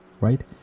right